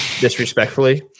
disrespectfully